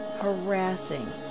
harassing